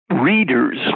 readers